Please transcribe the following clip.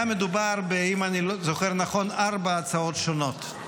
היה מדובר, אם אני זוכר נכון, בארבע הצעות שונות,